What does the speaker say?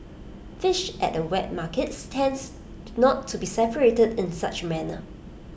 fish at wet markets tends not to be separated in such A manner